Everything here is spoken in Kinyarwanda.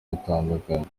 batandukanye